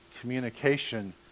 communication